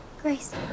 Grace